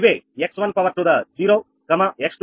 ఇవే x1 x2